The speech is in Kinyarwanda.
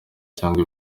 cyangwa